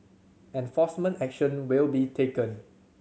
enforcement action will be taken